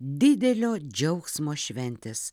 didelio džiaugsmo šventės